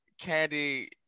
candy